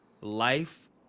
life